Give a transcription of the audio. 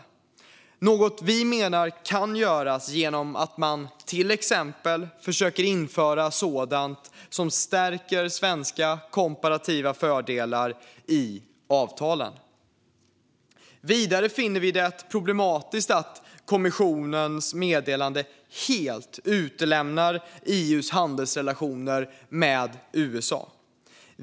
Det är något som vi menar kan göras genom att man till exempel försöker införa sådant som stärker svenska komparativa fördelar i avtalen. Vidare finner vi det problematiskt att kommissionens meddelande helt utelämnar EU:s handelsrelationer med USA.